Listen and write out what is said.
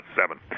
seven